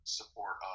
support